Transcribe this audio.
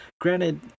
Granted